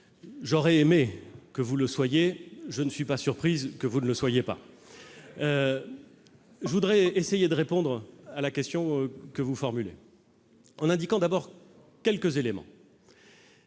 J'aurais aimé que vous le soyez ; je ne suis pas surpris que vous ne le soyez pas. Je voudrais essayer de répondre à la question que vous formulez en indiquant d'abord quelques éléments